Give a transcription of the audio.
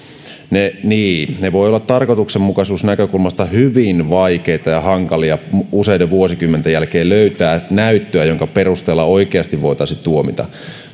niin ne voivat olla tarkoituksenmukaisuusnäkökulmasta hyvin vaikeita ja hankalia useiden vuosikymmenten jälkeen löytää näyttöä jonka perusteella oikeasti voitaisiin tuomita